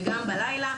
גם בלילה.